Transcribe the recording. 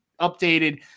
updated